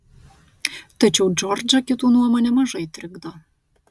tačiau džordžą kitų nuomonė mažai trikdo